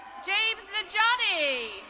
james nijani.